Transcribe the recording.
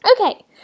Okay